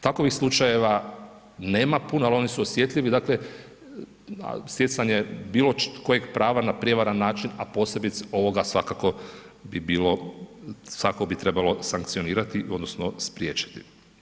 Takovih slučajeva nema puno, ali oni su osjetljivi dakle, stjecanje bilo kojeg prava na prijevaran način, a posebice ovoga svakako bi bilo, svakako bi trebalo sankcionirati odnosno spriječiti.